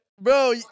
Bro